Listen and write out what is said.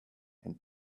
and